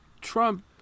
Trump